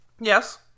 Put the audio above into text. yes